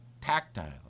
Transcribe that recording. tactile